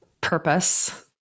purpose